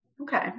Okay